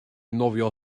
nofio